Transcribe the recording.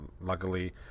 luckily